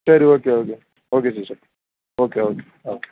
சரி okay okay okay sister okay okay okay